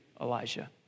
Elijah